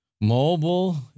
Mobile